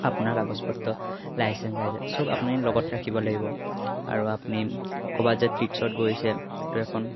আপোনাৰ কাগজ পত্ৰ লাইচেঞ্চ আহি যায় চব আপুনি লগত ৰাখিব লাগিব আৰু আপুনি ক'ৰবাত যে ট্ৰিপছত গৈছে এইটো এখন